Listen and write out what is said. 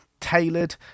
tailored